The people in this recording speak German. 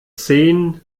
zehn